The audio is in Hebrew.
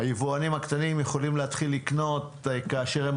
היבואנים הקטנים יכולים להתחיל לקנות כאשר הם